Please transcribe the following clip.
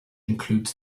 includes